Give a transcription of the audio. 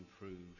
improved